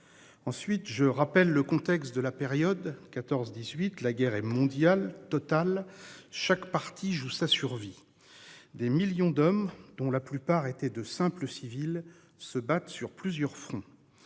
Ensuite, je rappelle le contexte de la période 14 18, la guerre et mondiale totale. Chaque parti, joue sa survie. Des millions d'hommes dont la plupart étaient de simples civils se battre sur plusieurs fronts.